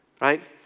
right